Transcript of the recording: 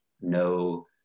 no